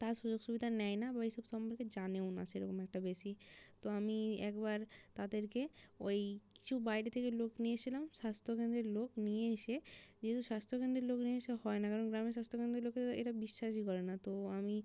তারা সুযোগ সুবিধা নেয় না বা এইসব সম্পর্কে জানেও না সেরকম একটা বেশি তো আমি একবার তাদেরকে ওই কিছু বাইরে থেকে লোক নিয়ে এসছিলাম স্বাস্থ্যকেন্দ্রের লোক নিয়ে এসে যেহেতু স্বাস্থ্যকেন্দের লোক নিয়ে এসে হয় না কারণ গ্রামে স্বাস্থ্যকেন্দের লোকেদের এরা বিশ্বাসী করে না তো আমি